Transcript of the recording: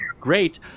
great